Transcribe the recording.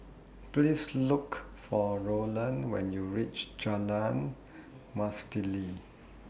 Please Look For Roland when YOU REACH Jalan Mastuli